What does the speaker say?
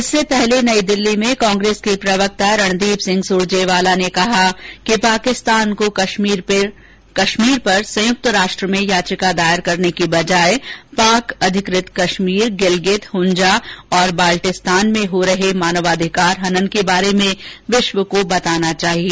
इससे पहले नई दिल्ली में कांग्रेस के प्रवक्ता रणदीप सिंह सुरजेवाला ने कहा कि पाकिस्तान को कश्मीर पर संयुक्त राष्ट्र में याचिका दायर करने की बजाय पाक अधिकृत कश्मीर गिलगित हुंजा और बाल्टीस्तान में हो रहे मानवाधिकार हनन के बारे में विश्व को बताना चाहिए